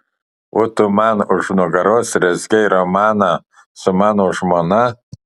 o tu man už nugaros rezgei romaną su mano žmona